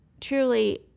truly